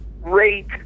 rate